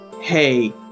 Hey